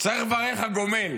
שצריך לברך הגומל